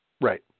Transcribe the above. Right